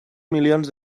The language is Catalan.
milions